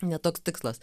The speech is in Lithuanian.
ne toks tikslas